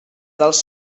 dels